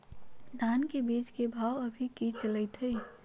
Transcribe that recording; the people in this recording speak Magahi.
धान के बीज के भाव अभी की चलतई हई?